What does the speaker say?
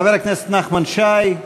חבר הכנסת נחמן שי,